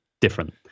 different